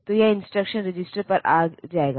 तो यह instruction register पर आ जाएगा